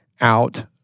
out